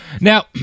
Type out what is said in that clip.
Now